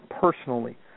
personally